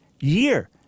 year